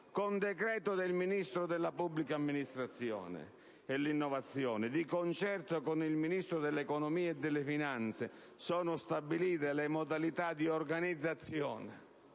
«Con decreto del Ministro per la pubblica amministrazione e l'innovazione, di concerto con il Ministro dell'economia e delle finanze, sono stabilite le modalità di organizzazione,